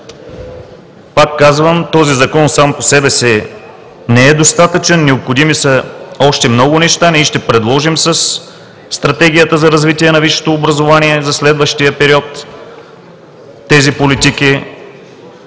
Пак казвам, че този закон сам по себе си не е достатъчен. Необходими са още много неща. Ние ще предложим със Стратегията за развитие на висшето образование за следващия период тези политики.